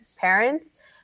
parents